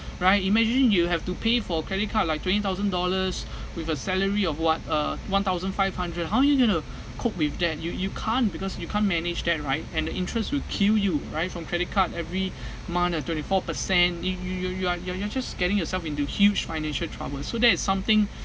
right imagine you have to pay for credit card like twenty thousand dollars with a salary of what uh one thousand five hundred how are you going to cope with that you you can't because you can't manage that right and the interest will kill you right from credit card every month or twenty four percent you you you are you're you're just getting yourself into huge financial trouble so that is something